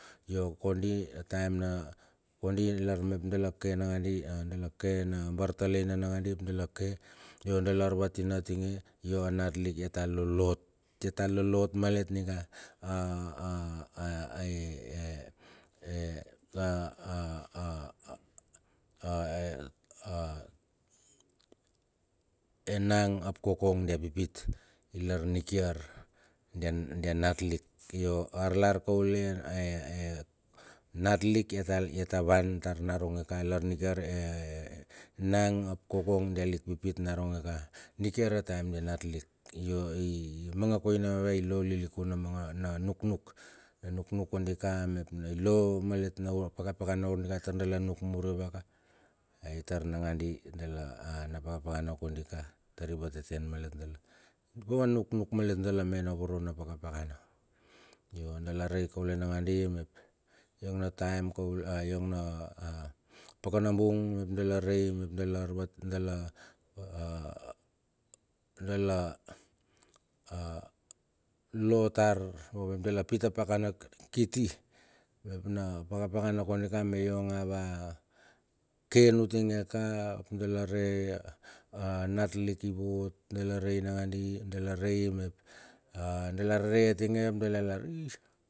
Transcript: Yo kondi a taem na, kondi lar mep dala ke nangan di dala ke na bartalaina nanga di, ap dala ke yo dala arvatina atinge yo a nat lik iata lolo ot, ya ta lolo of malet ninga enang ap kokong dia pipit, ilar nikiar dia nat lik yo arlar kaule e e anat lik ya ta vanvtar naronge ka ilar nikiar eeenang ap kokong dia lik pipit naronge ka, nikiar a taem dia nat lik. Yo i mangana koina irue i lo lilikun magana nuknuk na nuknuk kondi ka mep i lo malet na ur na pakapakana kondi ka tar da nuk mur yovaka. Ai tar nagandi, dala a na pakapakana kondi ka tar i vateten malet dala. Mungo va nuknuk malet dala mena voro na pakapakana yo dala rei kauke nangandi mep yong na taen kaule na pakanabung mep dala re mep dala a lo tar mep dala lo tar mep dala pit apakana kiti mep na pakapakana ko dika me iong a va ken utinge ka dala re a nat lik i vot dala rei nagandi, dala rei mep dala rerei atinge ap dala lar is.